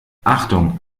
achtung